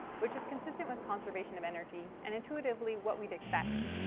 which is consistent with conservation of energy, and intuitively what we would expect.